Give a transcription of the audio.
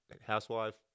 housewife